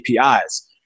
APIs